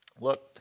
Look